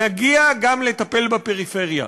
נגיע גם לטפל בפריפריה.